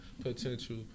potential